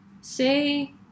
say